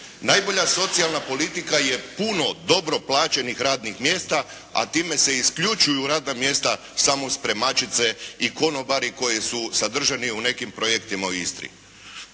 Najbolja socijalna politika je puno dobro plaćenih radnih mjesta a time se isključuju radna mjesta samospremačice i konobari koji su sadržani u nekim projektima u Istri.